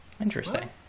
Interesting